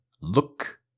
Look